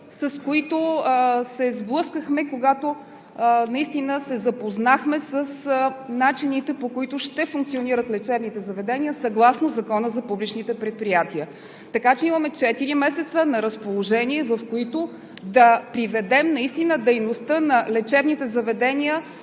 с които се сблъскахме, когато наистина се запознахме с начините, по които ще функционират лечебните заведения съгласно Закона за публичните предприятия. Така че имаме четири месеца на разположение, в които да приведем дейността на лечебните заведения